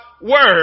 word